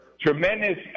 tremendous